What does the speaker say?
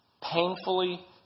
painfully